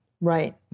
Right